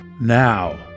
Now